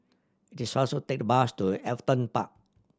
it is faster to take the bus to Everton Park